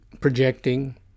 projecting